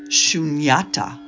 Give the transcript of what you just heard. shunyata